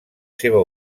seva